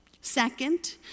Second